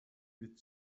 мэт